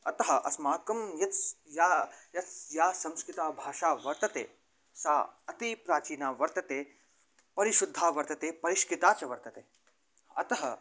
अतः अस्माकं यत् या यत् या संस्कृतभाषा वर्तते सा अति प्राचीना वर्तते परिशुद्धा वर्तते परिष्कृता च वर्तते अतः